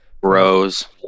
bros